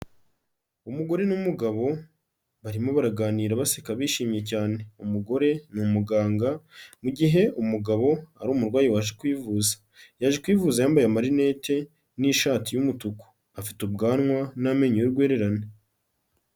Umugore n'umugabo barimo baraganira baseka bishi cyane, umugore ni umuganga mu gihe umugabo ari umurwayi waje kwivuza, yaje kwivuza yambaye marinete n'ishati y'umutuku, afite ubwanwa n'amenyo y'urwererane.